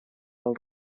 del